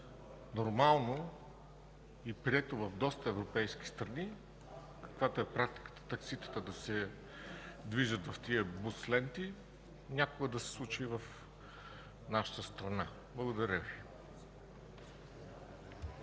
нормално и прието в доста европейски страни, каквато е практиката такситата да се движат в бус лентите, някога да се случи и в нашата страна. Благодаря Ви.